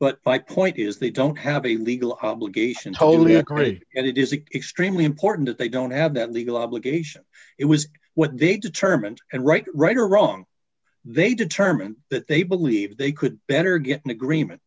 but my point is they don't have a legal obligation totally agree and it is an extremely important they don't have that legal obligation it was what they determined and right right or wrong they determined that they believed they could better get an agreement